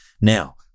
now